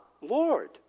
Lord